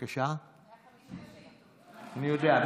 אני יודע.